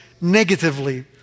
negatively